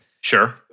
Sure